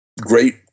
great